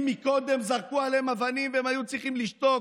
אם קודם זרקו עליהם אבנים והם היו צריכים לשתוק,